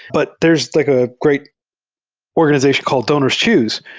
but there's like a great organization called donors choose,